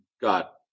got